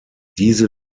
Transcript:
diese